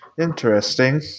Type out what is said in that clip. Interesting